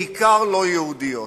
בעיקר לא יהודיות.